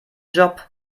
job